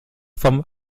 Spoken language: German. vom